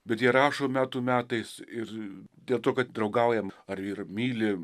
bet jie rašo metų metais ir dėl to kad draugaujam ar vyrai myli